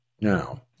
Now